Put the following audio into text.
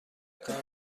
کار